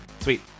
Sweet